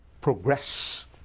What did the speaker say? progress